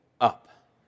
up